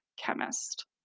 Chemist